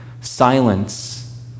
Silence